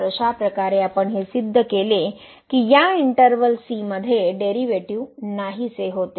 तर अशा प्रकारे आपण हे सिद्ध केले की या इंटर्वल c मध्ये डेरीवेटीव नाहीसे होते